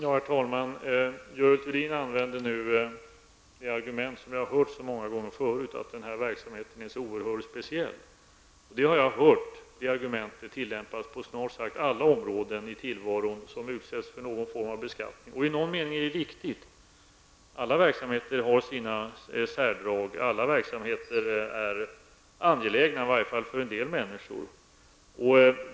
Herr talman! Görel Thurdin använde nu ett argument som jag har hört många gånger förut, nämligen att verksamheten är så speciell. Det har jag hört tillämpat på snart sagt alla områden i tillvaron som utsätts för någon form av beskattning. Och i någon mening är det riktigt -- alla verksamheter har sina särdrag, alla verksamheter är angelägna, i varje fall för en del människor.